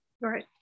right